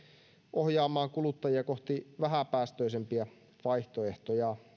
ohjaamaan kuluttajia kohti vähäpäästöisempiä vaihtoehtoja